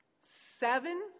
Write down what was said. seven